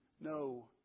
no